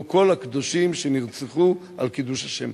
של כל הקדושים שנרצחו על קידוש השם.